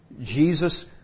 Jesus